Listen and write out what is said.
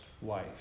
Wife